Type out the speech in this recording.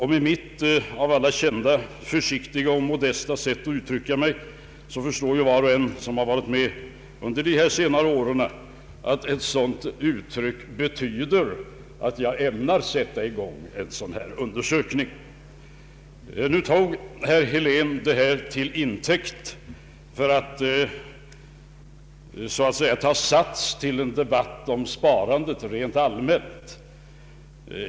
Med mitt av alla kända försiktiga och modesta sätt att uttrycka mig förstår var och en, som varit med under de senare åren, att ett sådant yttrande betyder att jag ämnar sätta i gång en dylik undersökning. Herr Helén tog detta till intäkt för att ta sats till en debatt om sparandet rent allmänt.